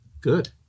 Good